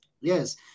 Yes